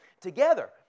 together